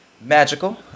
magical